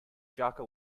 jaka